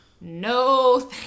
No